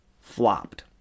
flopped